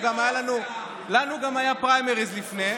לנו גם היה פריימריז לפני,